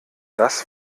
das